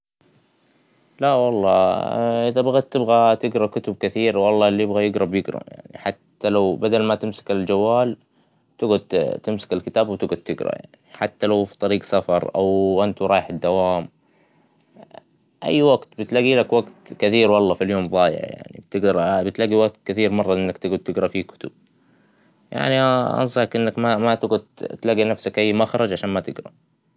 لا والله إذا بغيت تبغى تقرا كتب كثير والله اللى يبغى يقرا بيقرا ، حتى لو بدل ما تمسك الجوال ، تقعد تمسك الكتاب وتقعد تقرا حتى لو فى طريق سفر أو وأنت رايح الدوام ، أى وقت بتلاقيلك وقت كثير والله فى اليوم ظايع يعنى بتقرا بتلاقى وقت كثير مرة إنك تقعد تقرا فيه كتب ، يعنى أنصحك إنك ما تقعد تلاقى لنفسك أى مخرج علشان ما تقرا.